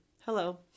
Hello